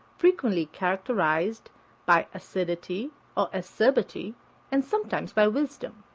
frequently characterized by acidity or acerbity and sometimes by wisdom.